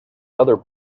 other